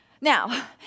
Now